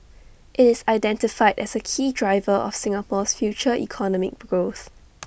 IT is identified as A key driver of Singapore's future economic growth